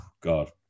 god